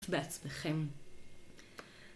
בעצמכם.